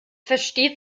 versteht